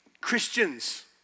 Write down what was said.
Christians